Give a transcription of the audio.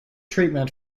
treatment